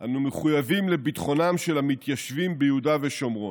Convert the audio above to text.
אנחנו מחויבים לביטחונם של המתיישבים ביהודה ושומרון.